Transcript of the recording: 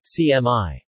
CMI